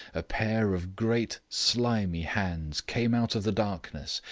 a pair of great slimy hands came out of the darkness,